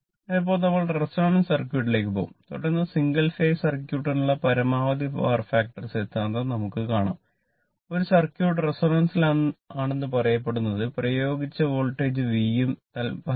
അതിനാൽ ഇപ്പോൾ നമ്മൾ റെസൊണൻസ് പറയാം